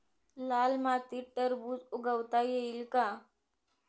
लाल मातीत टरबूज उगवता येईल का?